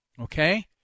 Okay